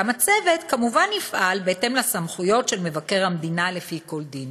גם הצוות כמובן יפעל בהתאם לסמכויות של מבקר המדינה לפי כל דין.